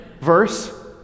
verse